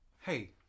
Hey